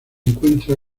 encuentra